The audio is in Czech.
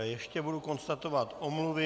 Ještě budu konstatovat omluvy.